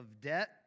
debt